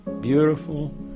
beautiful